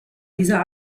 dieser